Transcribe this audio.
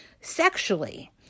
sexually